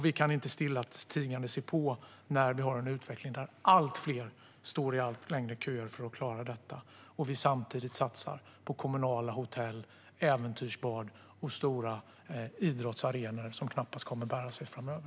Vi kan inte stillatigande se på när vi har en utveckling där allt fler står i allt längre köer för detta och vi samtidigt satsar på kommunala hotell, äventyrsbad och stora idrottsarenor som knappast kommer att bära sig framöver.